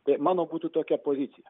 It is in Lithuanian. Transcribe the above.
tai mano būtų tokia pozicija